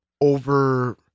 over